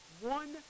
one